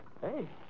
Hey